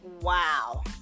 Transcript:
Wow